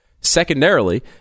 Secondarily